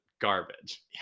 garbage